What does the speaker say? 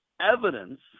evidence